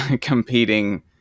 competing